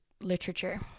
literature